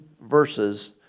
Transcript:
verses